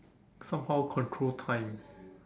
somehow control time